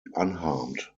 unharmed